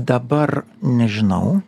dabar nežinau